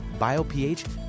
BioPH